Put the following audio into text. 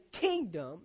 kingdom